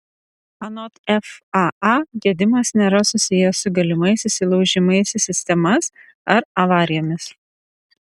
anot faa gedimas nėra susijęs su galimais įsilaužimais į sistemas ar avarijomis